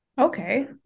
Okay